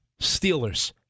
Steelers